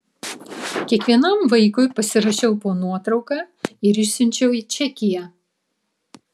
kiekvienam vaikui pasirašiau po nuotrauka ir išsiunčiau į čekiją